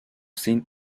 sin